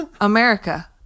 America